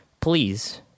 please